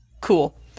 Cool